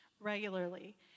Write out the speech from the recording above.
regularly